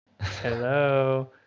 hello